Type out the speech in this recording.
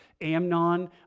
Amnon